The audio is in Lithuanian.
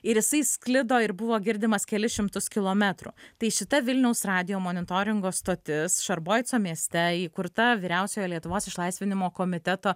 ir jisai sklido ir buvo girdimas kelis šimtus kilometrų tai šita vilniaus radijo monitoringo stotis šarboico mieste įkurta vyriausiojo lietuvos išlaisvinimo komiteto